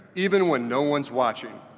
even when no one is watching.